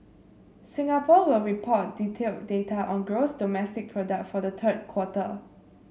Singapore will report detailed data on gross domestic product for the third quarter